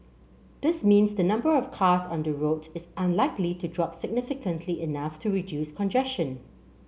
this means the number of cars on the roads is unlikely to drop significantly enough to reduce congestion